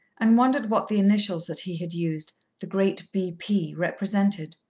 and wondered what the initials that he had used the great b p. represented.